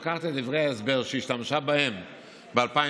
היא לוקחת את דברי ההסבר שהשתמשה בהם ב-2017,